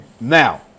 Now